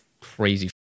crazy